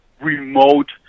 remote